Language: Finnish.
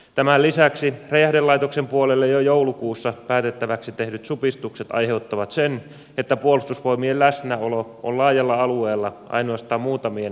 tämän lisäksi räjähdelaitoksen puolelle jo joulukuussa päätettäviksi tehdyt supistukset aiheuttavat sen että puolustusvoimien läsnäolo on laajalla alueella ainoastaan muutamien varikoiden harteilla